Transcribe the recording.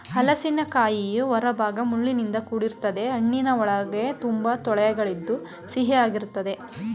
ಹಲಸಿನಕಾಯಿಯ ಹೊರಭಾಗ ಮುಳ್ಳಿನಿಂದ ಕೂಡಿರ್ತದೆ ಹಣ್ಣಿನ ಒಳಗೆ ತುಂಬಾ ತೊಳೆಗಳಿದ್ದು ಸಿಹಿಯಾಗಿರ್ತದೆ